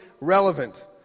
relevant